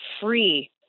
free